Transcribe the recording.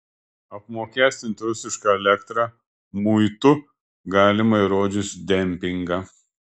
apmokestinti rusišką elektrą muitu galima įrodžius dempingą